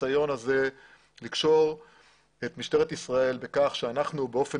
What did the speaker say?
הניסיון הזה לקשור את משטרת ישראל בכך שאנחנו באופן